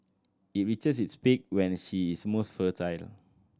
it reaches its peak when she is most fertile